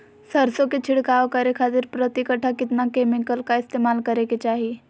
सरसों के छिड़काव करे खातिर प्रति कट्ठा कितना केमिकल का इस्तेमाल करे के चाही?